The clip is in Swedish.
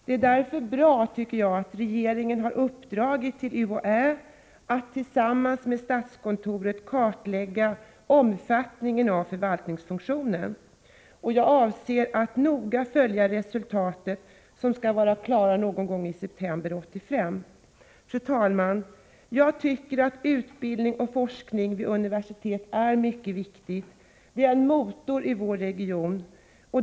Det är därför bra, tycker jag, att regeringen har uppdragit åt UHÄ att tillsammans med statskontoret kartlägga omfattningen av förvaltningsfunktionen. Jag avser att noga följa resultaten, som skall vara klara någon gång i september 1985. Fru talman! Jag tycker att utbildning och forskning vid universitet är något mycket viktigt. Det är en motor i vår region.